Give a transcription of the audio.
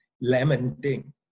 lamenting